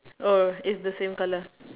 oh is the same colour